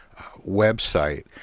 website